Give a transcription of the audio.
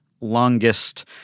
longest